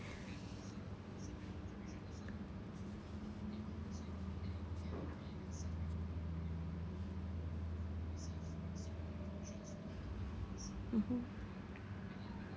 mmhmm